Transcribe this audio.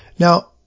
Now